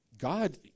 God